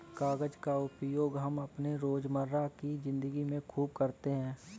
कागज का उपयोग हम अपने रोजमर्रा की जिंदगी में खूब करते हैं